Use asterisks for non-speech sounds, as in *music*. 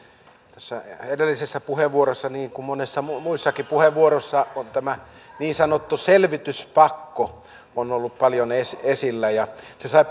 tässä edellisessä puheenvuorossa niin kuin monessa muussakin puheenvuorossa on tämä niin sanottu selvityspakko ollut paljon esillä ja se sai *unintelligible*